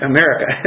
America